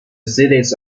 cities